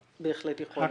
בהחלט יכול להיות.